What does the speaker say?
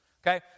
Okay